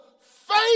faith